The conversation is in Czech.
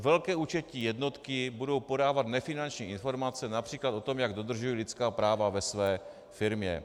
Velké účetní jednotky budou podávat nefinanční informace například o tom, jak dodržují lidská práva ve své firmě.